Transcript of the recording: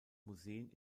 museen